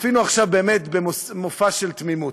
צפינו עכשיו באמת במופע של תמימות,